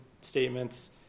statements